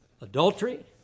adultery